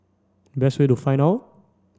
best way to find out